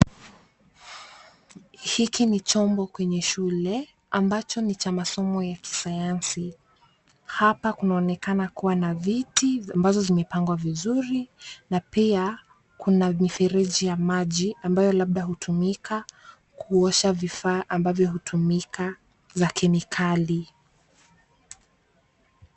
Hiki ni chombo kwenye shule , ambacho ni cha masomo ya kisayansi. Hapa kunaonekana kuwa na viti ambazo zimepangwa vizuri na pia kuna mifereji ya maji ambayo labda hutumika kuosha vifaa ambavyo hutumika za kemikali.